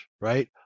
right